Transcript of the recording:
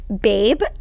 babe